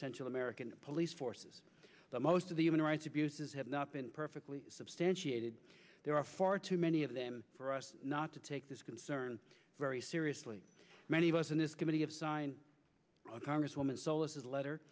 central american police forces but most of the human rights abuses have not been perfectly substantiated there are far too many of them for us not to take this concern very seriously many of us on this committee have signed a congresswoman solis is a letter